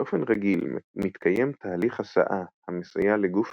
באופן רגיל מתקיים תהליך הסעה המסייע לגוף